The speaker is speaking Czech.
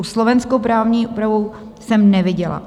Slovenskou právní úpravu jsem neviděla.